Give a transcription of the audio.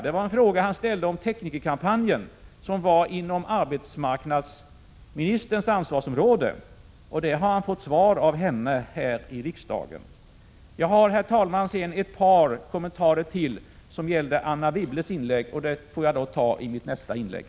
Det var en fråga han ställde om teknikerkampanjen, som ligger inom arbetsmarknadsministerns ansvarsområde. Han har fått svar av henne här i riksdagen. Herr talman! Jag har ytterligare ett par kommentarer som gäller Anne Wibbles uttalande, och dem får jag ta i mitt nästa inlägg.